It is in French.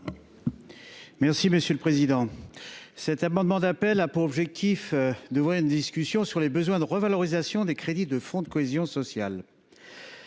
M. Daniel Fargeot. Cet amendement d’appel a pour objet d’ouvrir une discussion sur les besoins de revalorisation des crédits du fonds de cohésion sociale.